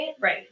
Right